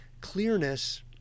clearness